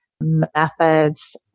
methods